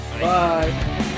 Bye